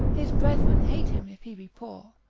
his brethren hate him if he be poor,